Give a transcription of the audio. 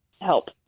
help